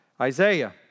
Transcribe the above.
Isaiah